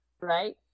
right